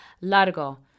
Largo